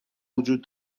وجود